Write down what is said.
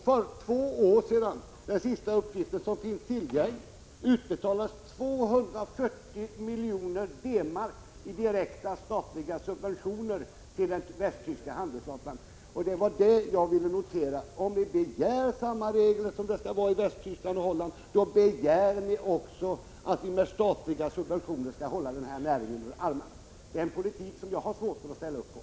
För två år sedan — den senaste uppgift som finns tillgänglig — utbetalades 240 miljoner D-mark i direkta statliga subsidier till den västtyska handelsflottan. Om ni begär samma regler som i Västtyskland och i Holland, då begär ni också att vi med statliga subventioner skall hålla den här näringen under armarna. Det är en politik som jag har svårt att ställa upp på.